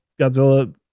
Godzilla